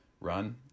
run